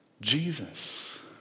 Jesus